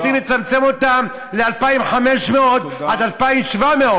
רוצים לצמצם אותן ל-2,500 עד 2,700,